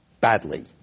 badly